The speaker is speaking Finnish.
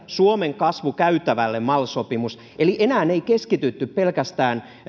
suomen kasvukäytävälle mal sopimus eli enää ei keskitytty pelkästään